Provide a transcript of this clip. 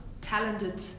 talented